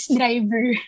driver